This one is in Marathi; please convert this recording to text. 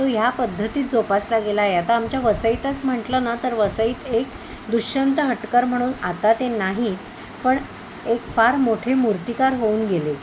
तो ह्या पद्धतीत जोपासला गेला आहे आता आमच्या वसईतच म्हटलं ना तर वसईत एक दुश्शंत हटकर म्हणून आता ते नाही पण एक फार मोठे मूर्तिकार होऊन गेले